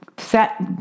set